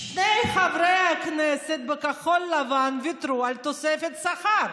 שני חברי כנסת בכחול לבן ויתרו על תוספת שכר.